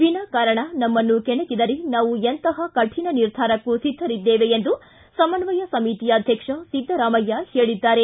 ವಿನಾಕಾರಣ ನಮ್ಮನ್ನು ಕೆಣಕಿದರೆ ನಾವು ಎಂತಹ ಕಠಿಣ ನಿರ್ಧಾರಕ್ಕೂ ಸಿದ್ಧರಿದ್ದೇವೆ ಎಂದು ಸಮನ್ವಯ ಸಮಿತಿ ಅಧ್ಯಕ್ಷ ಸಿದ್ದರಾಮಯ್ಯ ಹೇಳಿದ್ದಾರೆ